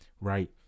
right